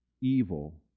evil